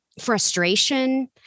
frustration